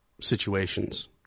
situations